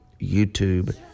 YouTube